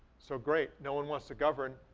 so, great, no one wants to govern,